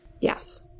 Yes